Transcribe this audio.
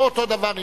פה אותו דבר.